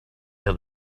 had